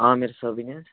عامِر صٲبٕنۍ حظ